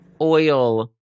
oil